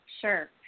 sure